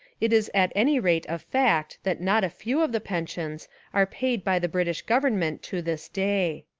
it is at any rate a fact that not a few of the pensions are paid by the british gov ernment to this day.